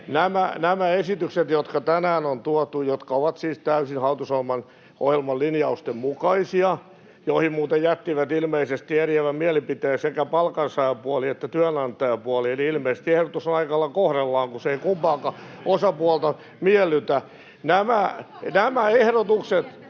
Nämä esitykset, jotka tänään on tuotu, jotka ovat siis täysin hallitusohjelman linjausten mukaisia — joihin muuten jättivät eriävän mielipiteen ilmeisesti sekä palkansaajapuoli että työnantajapuoli, eli ilmeisesti ehdotus on aika lailla kohdallaan, kun se ei kumpaakaan osapuolta miellytä [Naurua